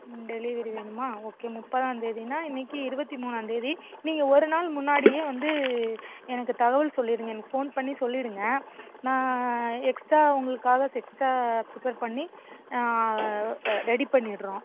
ம் டெலிவரி வேணுமா ஓகே முப்பதாந்தேதின்னா இன்னைக்கு இருபத்தி மூணாந்தேதி நீங்கள் ஒருநாள் முன்னாடியே வந்து எனக்கு தகவல் சொல்லிடுங்க எனக்கு ஃபோன் பண்ணி சொல்லிவிடுங்க நான் எக்ஸ்ட்டா உங்களுக்காக ஃப்ரெஷ்ஷாக ப்ரிப்பர் பண்ணி ரெடி பண்ணிடுறோம்